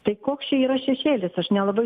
tai koks čia yra šešėlis aš nelabai